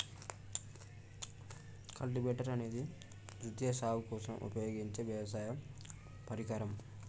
cultivator అనేది ద్వితీయ సాగు కోసం ఉపయోగించే వ్యవసాయ పరికరం